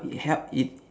it help it